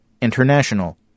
International